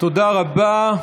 תודה רבה.